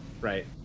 Right